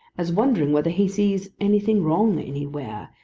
as wondering whether he sees anything wrong anywhere,